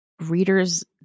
readers